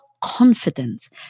confidence